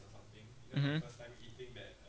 mmhmm